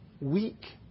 weak